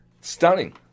Stunning